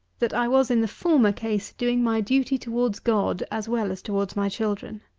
that i was in the former case doing my duty towards god as well as towards my children.